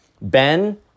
Ben